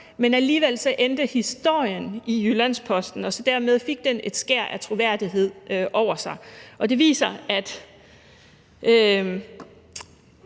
men alligevel endte historien i Jyllands-Posten, og dermed fik den et skær af troværdighed over sig. Det viser, at